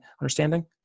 understanding